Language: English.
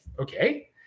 Okay